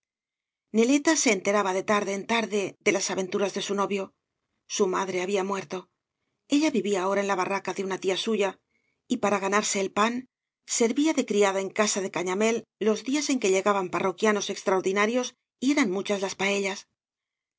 neleta se enteraba de tarde en tarde de las aventuras de su novio su madre había muerto ella vivía ahora en la barraca de una tía suya y para ganarse el pan servia de criada en casa de cañamél los días en que llegaban parroquianos extraordinarios y eran muchas las paellas